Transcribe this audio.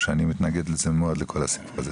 שאני מתנגד לזה מאד לכל הסיפור הזה,